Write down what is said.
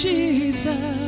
Jesus